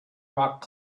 rock